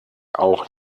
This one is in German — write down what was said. auch